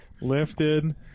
lifted